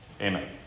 Amen